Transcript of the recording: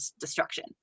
destruction